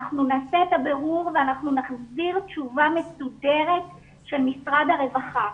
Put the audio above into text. אנחנו נעשה את הבירור ואנחנו נחזיר תשובה מסודרת של משרד הרווחה.